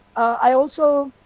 i also